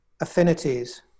affinities